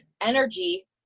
energy